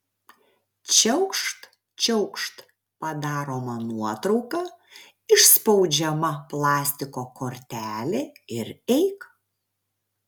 čiaukšt čiaukšt padaroma nuotrauka išspaudžiama plastiko kortelė ir eik